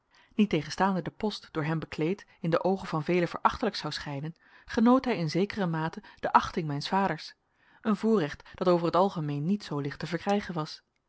niettegenstaande de post door hem bekleed in de oogen van velen verachtelijk zou schijnen genoot hij in zekere mate de achting mijns vaders een voorrecht dat over het algemeen niet zoo licht te verkrijgen was